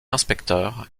inspecteur